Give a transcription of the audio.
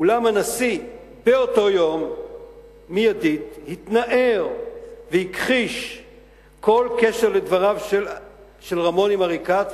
אולם הנשיא באותו יום מייד התנער והכחיש כל קשר לדבריו של רמון לעריקאת,